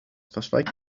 verschweigt